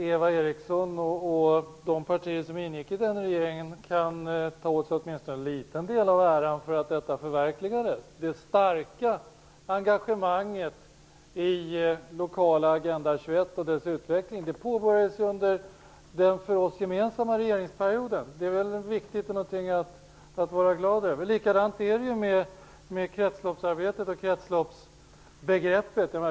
Eva Eriksson och de partier som ingick i den regeringen kan ta åt sig åtminstone en liten del av äran för att detta förverkligades. Det starka engagemanget i lokala Agenda 21 och dess utveckling påbörjades under den för oss gemensamma regeringsperioden. Det är viktigt och någonting att vara glad över. Likadant är det med kretsloppsarbetet och kretsloppsbegreppet.